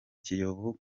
kiyovu